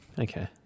Okay